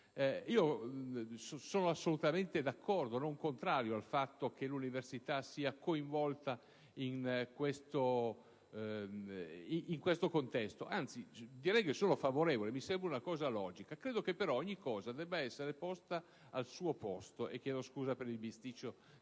Sono assolutamente d'accordo, non contrario, al fatto che l'università sia coinvolta in questo contesto, anzi direi che sono favorevole, mi sembra una cosa logica. Credo che, però, ogni cosa debba essere collocata al suo posto. Ricordo ai colleghi